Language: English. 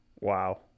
Wow